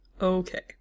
Okay